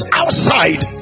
outside